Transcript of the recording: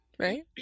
Right